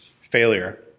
failure